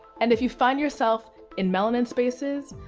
and if you find yourself in melanin spaces,